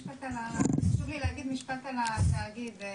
חשוב לי להגיד משפט על התאגיד.